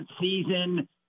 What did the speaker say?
season